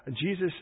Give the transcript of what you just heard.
Jesus